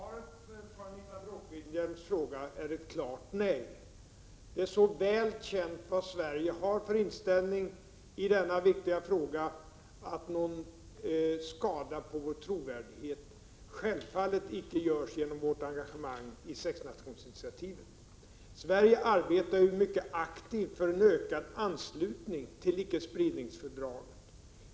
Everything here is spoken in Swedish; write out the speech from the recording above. Herr talman! Svaret på Anita Bråkenhielms fråga är ett klart nej. Det är så väl känt vad Sverige har för inställning i denna viktiga fråga att någon skada på vår trovärdighet självfallet icke görs genom vårt engagemang i sexnationsinitiativet. Sverige arbetar ju mycket aktivt för en ökad anslutning till icke-spridningsfördraget.